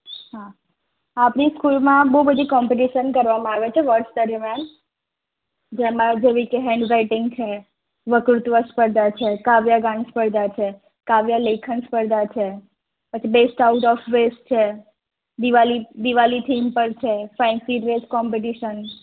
હા આપણી સ્કૂલમાં બઉ બધી કોમ્પિટીસન કરવામાં આવે છે વર્ષ દરમિયાન જેમાં જેવી કે હેન્ડ રાઈટિંગ છે વકૃત્વ સ્પર્ધા છે કાવ્યગાન સ્પર્ધા છે કાવ્યલેખન સ્પર્ધા છે પછી બેસ્ટ આઉટ ઓફ વેસ્ટ છે દિવાલી દિવાલી થીમ પર છે ફેન્સી ડ્રેસ કોમ્પિટિશન